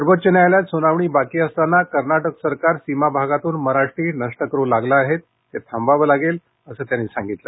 सर्वोच्च न्यायालयात सुनावणी बाकी असताना कर्नाटक सरकार सीमा भागातून मराठी नष्ट करू लागलं आहे ते थांबवावं लागेल असं मुख्यमंत्री त्यांनी सांगितलं